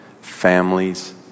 families